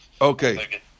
Okay